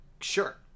Sure